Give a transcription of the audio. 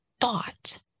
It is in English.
thought